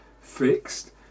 fixed